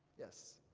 yes?